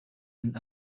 and